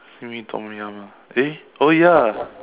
simi tom-yum lah eh oh ya